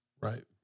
Right